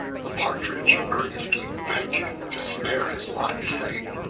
the partridge earnestly begged him to spare his life, saying,